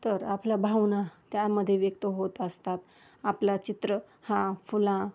तर आपल्या भावना त्यामध्ये व्यक्त होत असतात आपला चित्र हा फुला